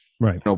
Right